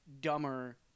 dumber